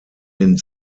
den